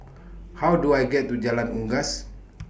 How Do I get to Jalan Unggas